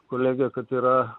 kolega kad yra